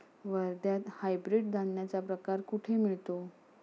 वर्ध्यात हायब्रिड धान्याचा प्रकार कुठे मिळतो?